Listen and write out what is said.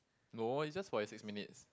no it's just forty six minutes